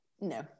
no